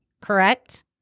correct